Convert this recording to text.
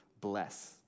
bless